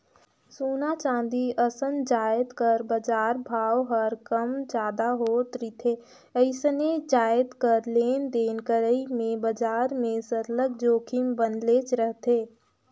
सोना, चांदी असन जाएत कर बजार भाव हर कम जादा होत रिथे अइसने जाएत कर लेन देन करई में बजार में सरलग जोखिम बनलेच रहथे